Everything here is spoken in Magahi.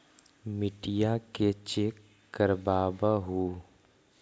मिट्टीया के चेक करबाबहू?